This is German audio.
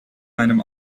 einem